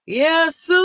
Yes